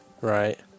Right